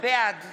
בעד